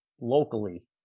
locally